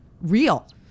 real